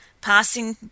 passing